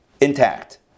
intact